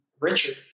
Richard